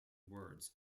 words